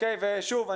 שוב,